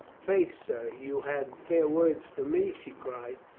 faith, sir, you had fair words for me, she cried.